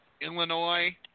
Illinois